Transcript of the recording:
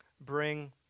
bring